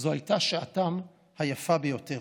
זו הייתה שעתם היפה ביותר.